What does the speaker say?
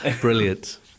Brilliant